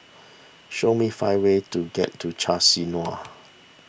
show me five ways to get to Chisinau